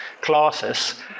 classes